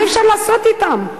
מה אפשר לעשות אתם?